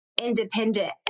independent